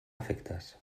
efectes